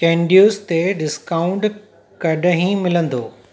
केंडियुसि ते डिस्काउंट कॾहिं मिलंदो